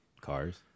Cars